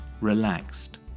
relaxed